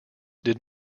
did